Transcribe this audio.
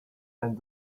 and